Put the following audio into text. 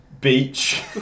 Beach